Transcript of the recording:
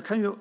talman!